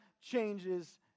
changes